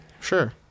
Sure